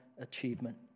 achievement